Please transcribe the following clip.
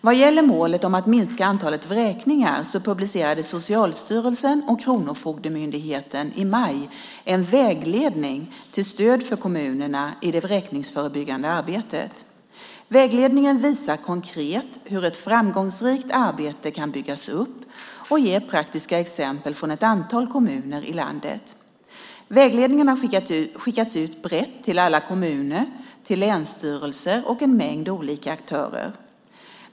Vad gäller målet om att minska antalet vräkningar publicerade Socialstyrelsen och Kronofogdemyndigheten i maj en vägledning till stöd för kommunerna i det vräkningsförebyggande arbetet. Vägledningen visar konkret hur ett framgångsrikt arbete kan byggas upp och ger praktiska exempel från ett antal kommuner i landet. Vägledningen har skickats ut brett till alla kommuner, till länsstyrelser och en mängd olika aktörer.